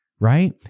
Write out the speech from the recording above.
right